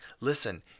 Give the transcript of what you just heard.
listen